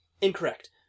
Incorrect